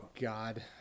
God